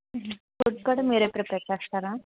food కూడా మీరే prepare చేస్తారా